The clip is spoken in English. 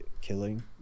killing